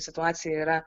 situacija yra